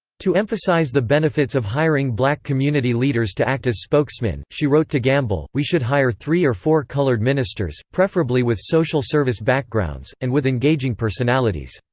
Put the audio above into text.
to emphasize the benefits of hiring black community leaders to act as spokesmen, she wrote to gamble we should hire three or four colored ministers, preferably with social-service backgrounds, and with engaging personalities.